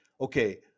Okay